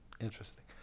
Interesting